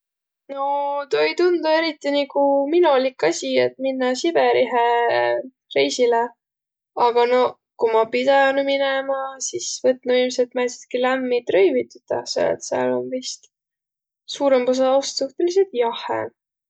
No tuu ei tunduq eriti nigu minolik asi, et minnäq Siberihe reisile. Aga noq, ku ma pidänüq minemä, sis võtnuq ilmselt määntsitki lämmit rõivit üteh, selle et sääl om vist suurõmb osa aost suhtõlidsõlt jahhe.